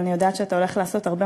אבל אני יודעת שאתה הולך לעשות הרבה